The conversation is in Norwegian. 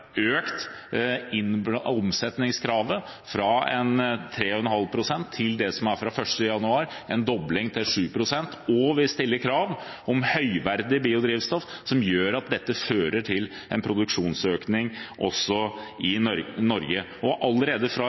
omsetningskravet fra 3,5 pst. til 7 pst. fra 1. januar. Og vi stiller krav om høyverdig biodrivstoff, noe som gjør at dette fører til en produksjonsøkning også i Norge. Allerede